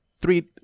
three